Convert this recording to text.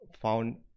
found